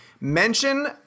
mention –